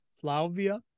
Flavia